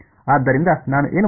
ಆದ್ದರಿಂದ ನಾನು ಏನು ಮಾಡುತ್ತಿದ್ದೇನೆ